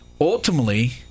ultimately